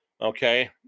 Okay